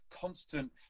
constant